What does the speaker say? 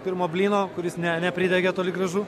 pirmo blyno kuris ne nepridegė toli gražu